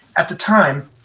at the time,